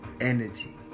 energy